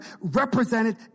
represented